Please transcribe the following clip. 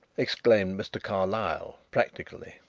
exclaimed mr. carlyle practically.